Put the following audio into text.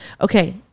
Okay